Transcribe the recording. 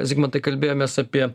zigmantai kalbėjomės apie